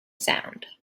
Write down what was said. sound